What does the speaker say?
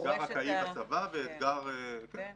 שאינו התקופה הקובעת הוא - זכאי לתעודת מערכה הורשע בבית דין